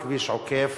כביש עוקף,